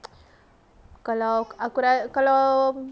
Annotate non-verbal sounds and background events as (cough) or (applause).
(noise) kalau aku kalau